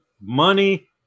Money